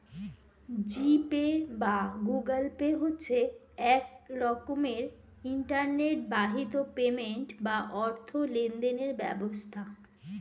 জি pay বা Google pay হচ্ছে এক রকমের ইন্টারনেট বাহিত পেমেন্ট বা অর্থ লেনদেনের ব্যবস্থা